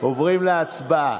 עוברים להצבעה.